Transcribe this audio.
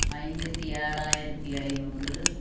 ஐம்பத்தி ஏழாயிரத்தி ஐநூறு